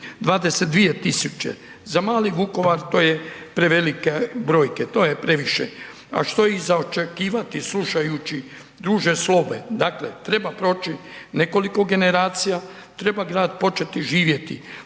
22000, za mali Vukovar to je prevelika brojke, to je previše, a što je i za očekivati slušajući duže slobe, dakle treba proći nekoliko generacija, treba grad početi živjeti,